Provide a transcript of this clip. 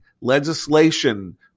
legislation